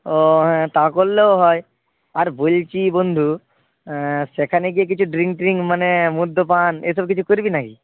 ও হ্যাঁ তা করলেও হয় আর বলছি বন্ধু সেখানে গিয়ে কিছু ড্রিঙ্ক ট্রিঙ্ক মানে মদ্যপান এসব কিছু করবি না কি